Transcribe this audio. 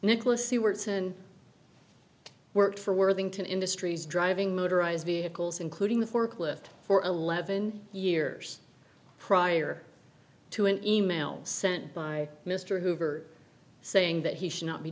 nicholas he works and worked for worthington industries driving motorized vehicles including the forklift for eleven years prior to an e mail sent by mr hoover saying that he should not be